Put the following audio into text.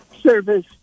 service